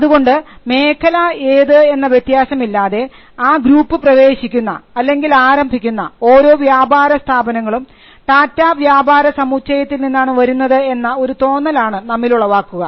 അതുകൊണ്ട് മേഖല ഏത് എന്ന വ്യത്യാസമില്ലാതെ ആ ഗ്രൂപ്പ് പ്രവേശിക്കുന്ന അല്ലെങ്കിൽ ആരംഭിക്കുന്ന ഓരോ വ്യാപാര സ്ഥാപനങ്ങളും ടാറ്റാ വ്യാപാര സമുച്ചയത്തിൽ നിന്നാണ് വരുന്നത് എന്ന ഒരു തോന്നലാണ് നമ്മിൽ ഉളവാക്കുക